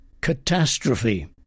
catastrophe